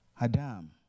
Adam